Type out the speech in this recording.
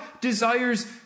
desires